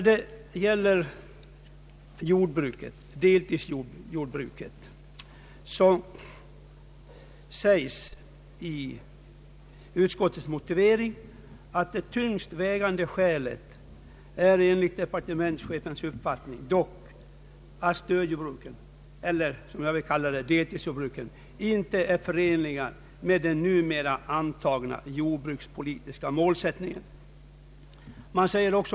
Beträffande deltidsjordbruket sägs i utskottets motivering att det tyngst vägande skälet för att utmönstra bestämmelserna om bildande av stödjordbruk enligt departementschefens uppfattning är att stödjordbruken eller, som jag vill kalla dem, deltidsjordbruken, inte är förenliga med den numera antagna jordbrukspolitiska målsättningen.